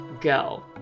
go